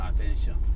attention